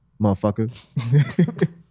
motherfucker